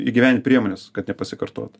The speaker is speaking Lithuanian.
įgyvendinti priemones kad nepasikartotų